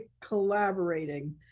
collaborating